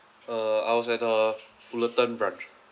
uh I was at the fullerton branch